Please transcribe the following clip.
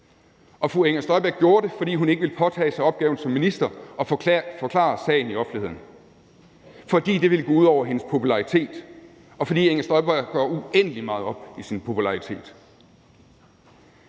Og fru Inger Støjberg gjorde det, fordi hun ikke ville påtage sig opgaven som minister og forklare sagen i offentligheden, fordi det ville gå ud over hendes popularitet, og fordi Inger Støjberg går uendelig meget op i sin popularitet.